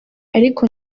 ariko